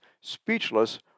speechless